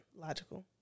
logical